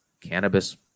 cannabis